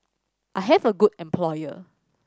I have a good employer